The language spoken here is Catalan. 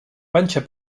panxa